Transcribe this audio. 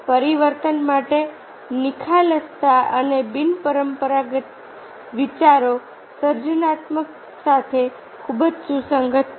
પરિવર્તન માટે નિખાલસતા અને બિનપરંપરાગત વિચારો સર્જનાત્મકતા સાથે ખૂબ જ સુસંગત છે